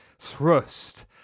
Thrust